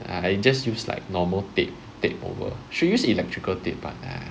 I just use like normal tape tape over should use electrical tape but nah